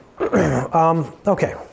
okay